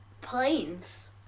planes